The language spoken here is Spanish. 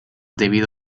debido